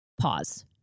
Pause